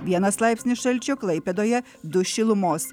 vienas laipsnis šalčio klaipėdoje du šilumos